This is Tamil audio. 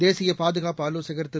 தேசிய பாதுகாப்பு ஆலோசகர் திரு